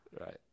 Right